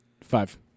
Five